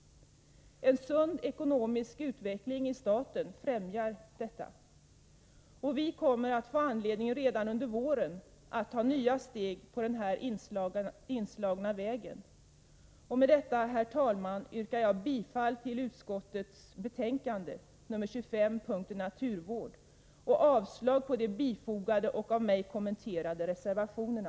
En sund ekonomisk utveckling i staten främjar detta arbete. Vi kommer redan under våren att få anledning att ta nya steg på den inslagna vägen. Med detta, herr talman, yrkar jag bifall till utskottets hemställan i betänkandet nr 25 avseende punkten Mark för naturvård och avslag på de till betänkandet fogade och av mig kommenterade reservationerna.